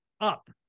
up